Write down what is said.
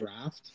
draft